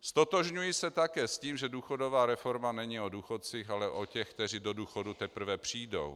Ztotožňuji se také s tím, že důchodová reforma není o důchodcích, ale o těch, kteří do důchodu teprve přijdou.